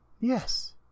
yes